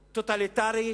טוטליטרי,